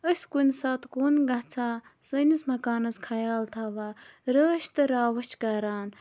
أسۍ کُنہِ ساتہٕ کُن گَژھان سٲنِس مَکانَس خَیال تھاوان رٲچھۍ تہٕ راوٕچھ کَران